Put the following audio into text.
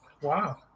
Wow